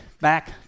Back